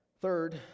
Third